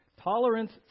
Tolerance